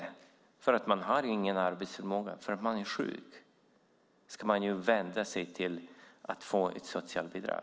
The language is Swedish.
Därför att man inte har någon arbetsförmåga, man är sjuk. Då får man vända sig till socialen för att få bidrag.